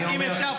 ואם אפשר,